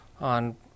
on